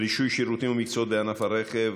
רישוי שירותים ומקצועות בענף הרכב